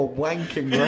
wanking